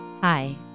Hi